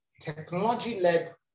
technology-led